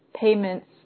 payments